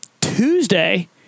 Tuesday